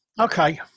Okay